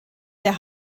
der